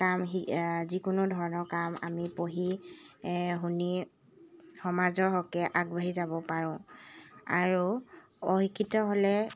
কাম শি যিকোনো ধৰণৰ কাম আমি পঢ়ি শুনি সমাজৰ হকে আগবাঢ়ি যাব পাৰোঁ আৰু অশিক্ষিত হ'লে